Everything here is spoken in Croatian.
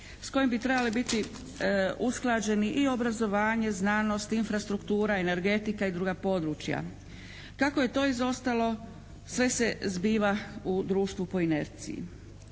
s kojim bi trebale biti usklađeni i obrazovanje, znanost, infrastruktura, energetika i druga područja. Kako je to izostalo sve se zbiva u društvu po inerciji.